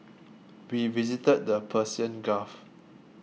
we visited the Persian Gulf